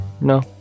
No